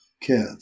kids